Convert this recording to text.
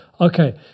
Okay